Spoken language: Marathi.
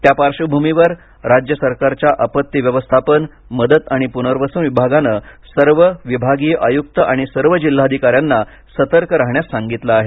त्या पार्श्वभूमीवर राज्य सरकारच्या आपत्ती व्यवस्थापन मदत आणि पुनर्वसन विभागानं सर्व विभागीय आयुक्त आणि सर्व जिल्हाधिकाऱ्यांना सतर्क राहण्यास सांगितलं आहे